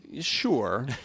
Sure